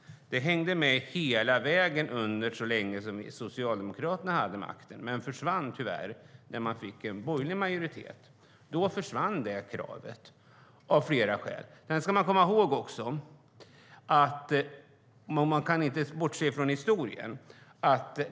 Den frågan hängde med så länge Socialdemokraterna hade makten, men frågan försvann när det blev en borgerlig majoritet. Då försvann kravet av flera skäl. Vi ska komma ihåg att vi inte kan bortse från historien.